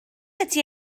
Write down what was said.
ydy